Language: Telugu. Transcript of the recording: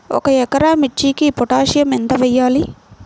ఒక ఎకరా మిర్చీకి పొటాషియం ఎంత వెయ్యాలి?